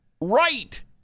right